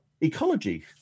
ecology